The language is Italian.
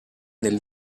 nel